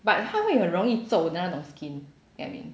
but 它会很容易皱的那种 skin you know what I mean